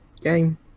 game